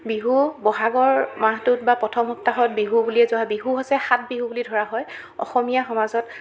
বিহু বহাগৰ মাহটোত বা প্ৰথম সপ্তাহত বিহু বুলিয়ে যোৱা হয় বিহু হৈছে সাত বিহু বুলি ধৰা হয় অসমীয়া সমাজত